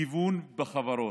גיוון בחברות,